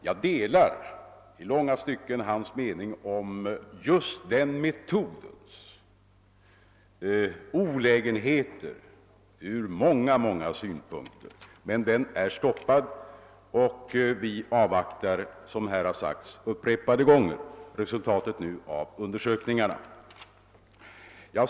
Jag delar i långa stycken hans uppfattning om just den metodens olägenheter ur många synpunkter. Men den är stoppad och vi avvaktar, som det sagts här upprepade gånger, resultatet av undersökningarna.